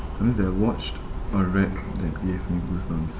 something that I've watched or read that gave me goosebumps